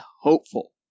hopeful